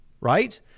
right